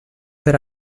per